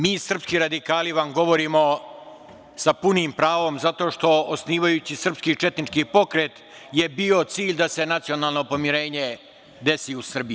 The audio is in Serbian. Mi srpski radikali vam govorimo sa punim pravom zato što osnivajući srpski četnički pokret je bio cilj da se nacionalno pomirenje desi u Srbiji.